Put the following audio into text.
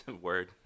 Word